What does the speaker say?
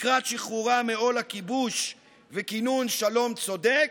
לקראת שחרורם מעול הכיבוש וכינון שלום צודק,